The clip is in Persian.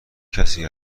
کسی